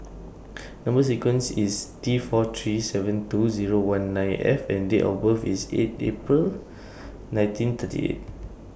Number sequence IS T four three seven two Zero one nine F and Date of birth IS eight April nineteen thirty eight